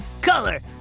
color